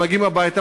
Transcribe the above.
מגיעים הביתה,